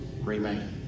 remain